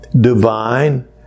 divine